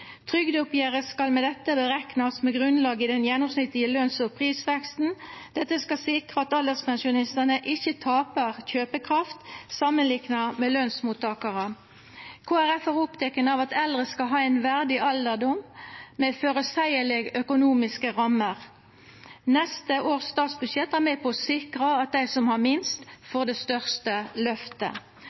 Trygdeoppgjeret skal med dette bereknast med grunnlag i den gjennomsnittlege løns- og prisveksten. Dette skal sikra at alderspensjonistane ikkje tapar kjøpekraft samanlikna med lønsmottakarar. Kristeleg Folkeparti er oppteken av at eldre skal ha ein verdig alderdom med føreseielege økonomiske rammer. Neste års statsbudsjett er med på å sikra at dei som har minst, får det største løftet.